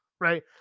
Right